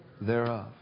thereof